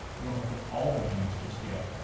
we don't look at all the genes just yet,